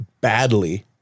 badly